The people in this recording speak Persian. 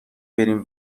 بریم